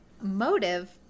motive